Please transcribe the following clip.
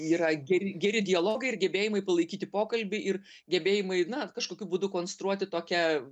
yra geri geri dialogai ir gebėjimai palaikyti pokalbį ir gebėjimai na kažkokiu būdu konstruoti tokią